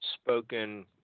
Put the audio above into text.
spoken